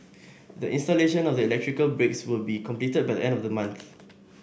the installation of the electrical breaks will be completed by the end of the month